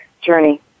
journey